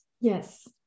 Yes